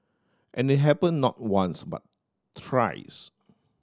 and it happened not once but thrice